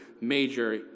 major